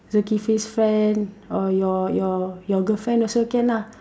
Zukifli's friend or your your girlfriend also can lah